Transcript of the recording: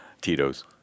Tito's